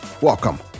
Welcome